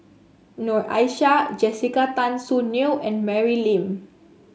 Noor Aishah Jessica Tan Soon Neo and Mary Lim